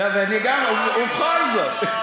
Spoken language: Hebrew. אני יודע.